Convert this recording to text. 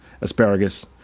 asparagus